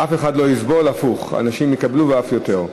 אף אחד לא יסבול, הפוך, אנשים יקבלו, ואף יותר.